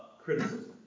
Criticism